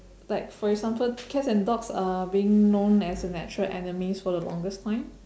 like for example cats and dogs are being known as natural enemies for the longest time